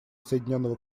соединенного